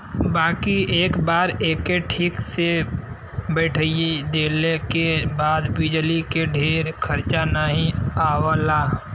बाकी एक बार एके ठीक से बैइठा देले के बाद बिजली के ढेर खरचा नाही आवला